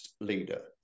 leader